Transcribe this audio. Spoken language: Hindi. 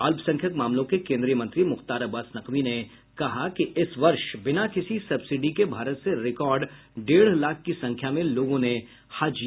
अल्पसंख्यक मामलों के केंद्रीय मंत्री मुख्तार अब्बास नकवी ने कहा कि इस वर्ष बिना किसी सब्सिडी के भारत से रिकॉर्ड डेढ़ लाख की संख्या में लोगों ने हज किया है